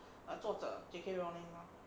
作者 J_K rowling mah